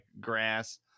grass